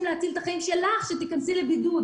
להציל את החיים שלך ושתיכנסי לבידוד",